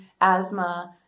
asthma